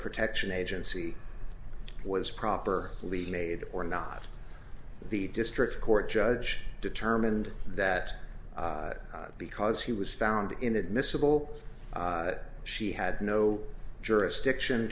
protection agency was proper legal aid or not the district court judge determined that because he was found inadmissible she had no jurisdiction